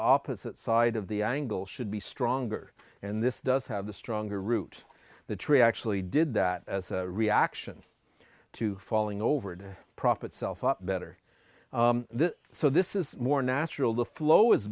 opposite side of the angle should be stronger and this does have the stronger root the tree actually did that as a reaction to falling over to profit self up better so this is more natural the flow is